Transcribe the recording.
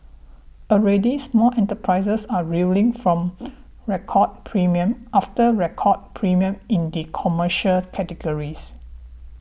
already small enterprises are reeling from record premium after record premium in the commercial category